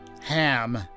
Ham